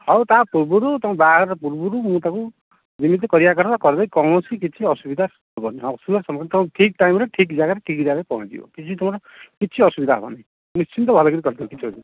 ହେଉ ତା' ପୂର୍ବରୁ ତୁମ ବାହାଘର ପୂର୍ବରୁ ମୁଁ ତାକୁ ଯେମିତି କରିବା କଥା କରିଦେବି କୌଣସି କିଛି ଅସୁବିଧା ହେବନି ହଁ ଅସୁବିଧା ସମ୍ବନ୍ଧ ତ ଠିକ୍ ଟାଇମ୍ରେ ଠିକ୍ ଜାଗାରେ ଠିକ୍ ଜାଗାରେ ପହଞ୍ଚିବ କିଛି ତୁମର କିଛି ଅସୁବିଧା ହେବନି ନିଶ୍ଚିନ୍ତ ଭଲକରି କର କରିକି ଦେବି